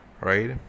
right